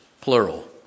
Plural